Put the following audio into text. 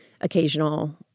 occasional